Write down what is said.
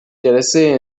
جلسه